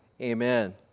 Amen